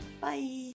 Bye